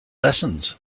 lessons